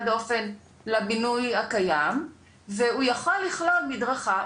דופן לבינוי הקיים והוא יכול לכלול מדרכה,